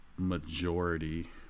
majority